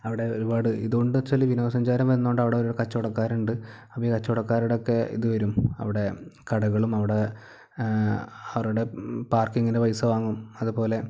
അവിടെ ഒരുപാട് ഇതുകൊണ്ടെന്ന് വെച്ചാല് വിനോദസഞ്ചാരം വന്നതുകൊണ്ട് അവിടെ ഒരു കച്ചവടക്കാരുണ്ട് അപ്പോൾ ഈ കച്ചവടക്കാരുടെയൊക്കെ ഇത് വരും അവിടെ കടകളും അവിടെ അവരുടെ പാർക്കിംഗിൻ്റെ പൈസ വാങ്ങും അതുപോലെ